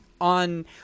on